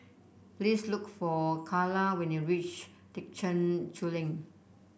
please look for Kayla when you reach Thekchen Choling